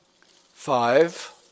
five